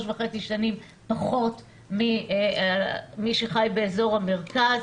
וחצי שנים פחות מאלה שחיים באזור המרכז.